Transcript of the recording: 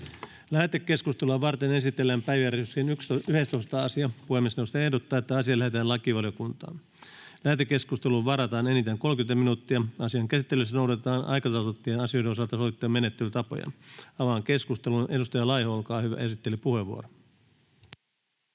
Lähetekeskustelua varten esitellään päiväjärjestyksen 14. asia. Puhemiesneuvosto ehdottaa, että asia lähetetään lakivaliokuntaan. Lähetekeskusteluun varataan enintään 30 minuuttia. Asian käsittelyssä noudatetaan aikataulutettujen asioiden osalta sovittuja menettelytapoja. Avaan keskustelun. Edustaja Elomaa, olkaa hyvä, esittelypuheenvuoro.